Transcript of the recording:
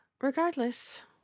Regardless